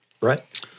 Right